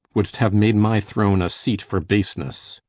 wouldst have made my throne a seat for baseness.